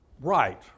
right